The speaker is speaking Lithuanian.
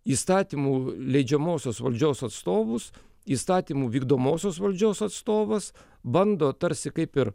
įstatymų leidžiamosios valdžios atstovus įstatymų vykdomosios valdžios atstovas bando tarsi kaip ir